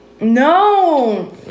No